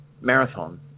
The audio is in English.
marathon